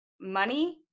money